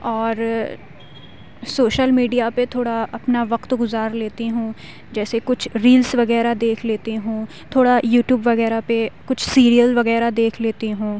اور social media پہ تھوڑا اپنا وقت گُزار لیتی ہوں جیسے کچھ ریلس وغیرہ دیکھ لیتی ہوں تھوڑا یوٹوب وغیرہ پہ کچھ سیریل وغیرہ دیکھ لیتی ہوں